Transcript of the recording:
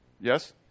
Yes